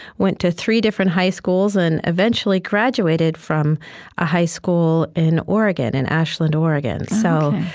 went to three different high schools, and eventually graduated from a high school in oregon, in ashland, oregon. so